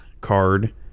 card